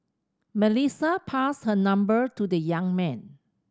Melissa passed her number to the young man